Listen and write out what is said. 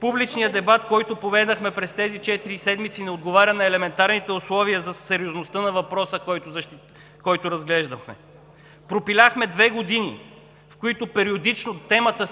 Публичният дебат, който поведохме през тези четири седмици, не отговаря на елементарните условия за сериозността на въпроса, който разглеждахме. Пропиляхме две години, в които периодично темата